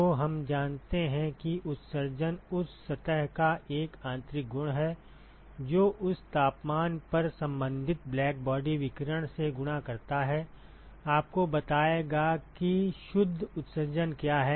तो हम जानते हैं कि उत्सर्जन उस सतह का एक आंतरिक गुण है जो उस तापमान पर संबंधित ब्लैकबॉडी विकिरण से गुणा करता है आपको बताएगा कि शुद्ध उत्सर्जन क्या है